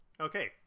okay